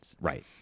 Right